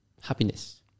happiness